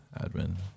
admin